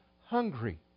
hungry